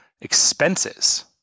expenses